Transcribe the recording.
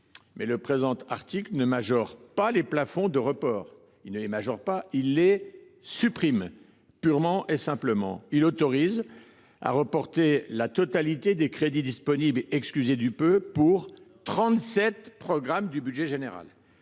Mais le présent article ne majore pas les plafonds de report : il les supprime purement et simplement ! Il autorise à reporter la totalité des crédits disponibles pour – excusez du peu !– 37 programmes du budget général.